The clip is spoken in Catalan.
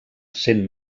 sent